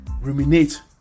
ruminate